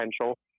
potential